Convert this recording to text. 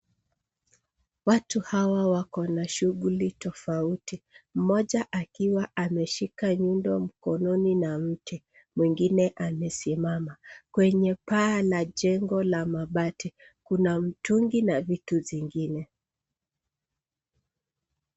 Watu hawa wako na shughuli tofauti, mmoja akiwa ameshika nyundo mkononi na mti mwingine amesimama. Kwenye paa la jengo la mabati kuna mtungi na vitu zingine.